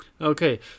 Okay